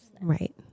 Right